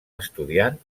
estudiant